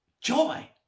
joy